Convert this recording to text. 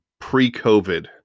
pre-COVID